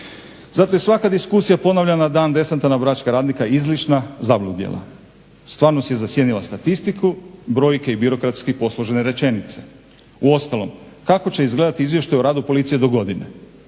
Zato je svaka diskusija ponavljana na dan desanta na bračkog radnika izlična …/Govornik se ne razumije./… djela. Stvarnost je zasjenila statistiku, brojke i birokratski posložene rečenice. Uostalom, kako će izgledati izvještaj o radu policije do godine.